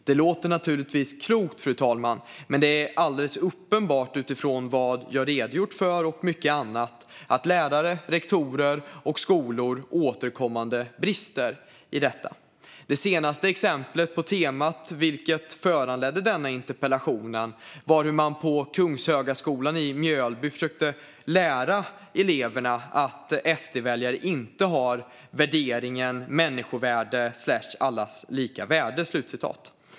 Det låter naturligtvis klokt, fru talman, men det är alldeles uppenbart utifrån vad jag har redogjort för och mycket annat att lärare, rektorer och skolor återkommande brister i detta. Det senaste exemplet på temat, vilket föranledde denna interpellation, var hur man på Kungshögaskolan i Mjölby försökte lära eleverna att SD-väljare inte tror på värderingen människovärde/allas lika värde.